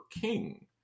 king